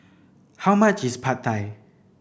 how much is Pad Thai